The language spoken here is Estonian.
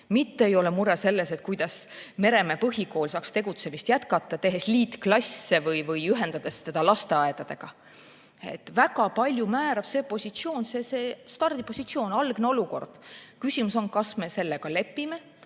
mitte ei oleks mure enam selles, kuidas Meremäe põhikool saaks tegutsemist jätkata, et kas teha liitklasse või ühendada ta lasteaiaga. Väga palju määrab positsioon, stardipositsioon, algne olukord. Küsimus on, kas me sellega lepime,